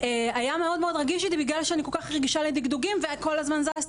בתי חולים צריך